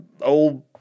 old